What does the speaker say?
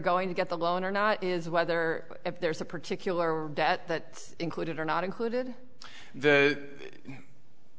going to get the loan or not is whether there's a particular debt that included or not included the